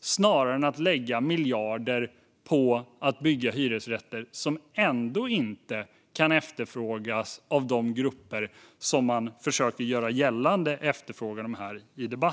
Snarare än att lägga miljarder på att bygga hyresrätter som ändå inte kan efterfrågas av de grupper som man här i debatten försöker göra gällande efterfrågar dem är kanske det mest effektiva